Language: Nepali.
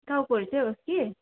टाउकोहरू चाहिँ होस् कि